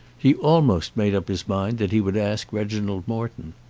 he almost made up his mind that he would ask reginald morton.